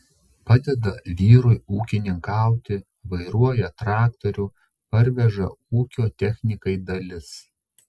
padeda vyrui ūkininkauti vairuoja traktorių parveža ūkio technikai dalis